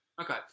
Okay